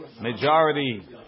majority